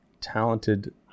talented